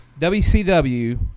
WCW